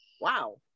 wow